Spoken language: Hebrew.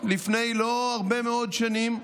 לפני לא הרבה מאוד שנים.